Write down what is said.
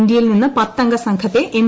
ഇന്ത്യയിൽ നിന്ന് പത്തംഗ സംഘത്തെ എം